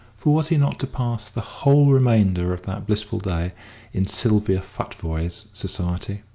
for was he not to pass the whole remainder of that blissful day in sylvia futvoye's society?